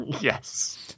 Yes